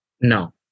No